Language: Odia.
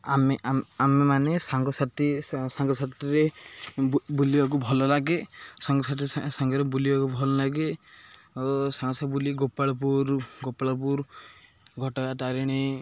ଆମେ ଆମେମାନେ ସାଙ୍ଗସାଥି ସାଙ୍ଗସାଥିରେ ବୁଲିବାକୁ ଭଲ ଲାଗେ ସାଙ୍ଗସାଥି ସାଙ୍ଗରେ ବୁଲିବାକୁ ଭଲ ଲାଗେ ଓ ସାଙ୍ଗସହ ବୁଲି ଗୋପାଳପୁର ଗୋପାଳପୁର ଘଟଗାଁ ତାରିଣୀ